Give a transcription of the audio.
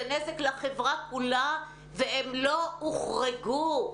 זה נזק לחברה כולה והם לא הוחרגו.